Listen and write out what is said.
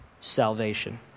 salvation